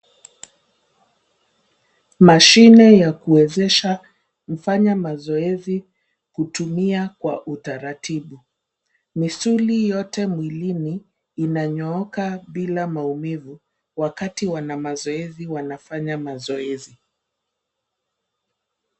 Mashine ya kuwezesha kufanya mazoezi kutumia kwa utaratibu. Misuli yote mwilini inanyooka bila maumivu wakati wanamazoezi wanafanya mazoezi.